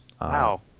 Wow